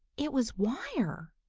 it was wire!